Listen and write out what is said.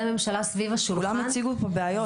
הממשלה סביב השולחן --- כולם הציגו פה בעיות,